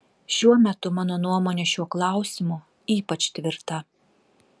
šiuo metu mano nuomonė šiuo klausimu ypač tvirta